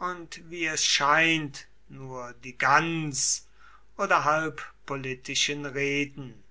und wie es scheint nur die ganz oder halb politischen reden